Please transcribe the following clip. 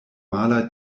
mala